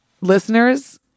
listeners